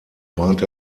bahnt